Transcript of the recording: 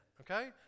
Okay